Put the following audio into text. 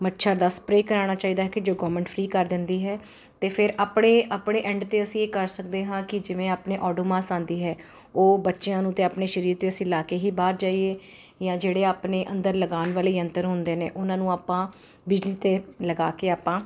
ਮੱਛਰ ਦਾ ਸਪਰੇ ਕਰਾਉਣਾ ਚਾਹੀਦਾ ਹੈ ਕਿ ਜੋ ਗੋਰਮੈਂਟ ਫਰੀ ਕਰ ਦਿੰਦੀ ਹੈ ਅਤੇ ਫਿਰ ਆਪਣੇ ਆਪਣੇ ਐਂਡ 'ਤੇ ਅਸੀਂ ਇਹ ਕਰ ਸਕਦੇ ਹਾਂ ਕਿ ਜਿਵੇਂ ਆਪਣੇ ਆਡੋਮਾਸ ਆਉਂਦੀ ਹੈ ਉਹ ਬੱਚਿਆਂ ਨੂੰ ਅਤੇ ਆਪਣੇ ਸਰੀਰ 'ਤੇ ਅਸੀਂ ਲਾ ਕੇ ਹੀ ਬਾਹਰ ਜਾਈਏ ਜਾਂ ਜਿਹੜੇ ਆਪਣੇ ਅੰਦਰ ਲਗਾਉਣ ਵਾਲੇ ਯੰਤਰ ਹੁੰਦੇ ਨੇ ਉਹਨਾਂ ਨੂੰ ਆਪਾਂ ਬਿਜਲੀ 'ਤੇ ਲਗਾ ਕੇ ਆਪਾਂ